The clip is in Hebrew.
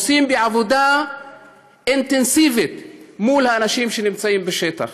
עושים בעבודה אינטנסיבית עם האנשים שנמצאים בשטח.